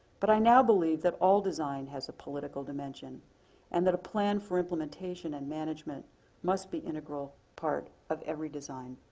but i now believe that all design has a political dimension and that a plan for implementation and management must be an integral part of every design.